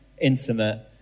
intimate